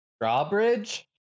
Drawbridge